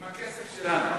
עם הכסף שלנו.